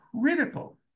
critical